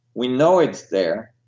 we know it's there.